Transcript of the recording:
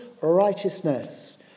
righteousness